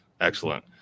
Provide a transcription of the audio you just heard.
excellent